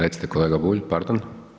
Recite kolega Bulj, pardon.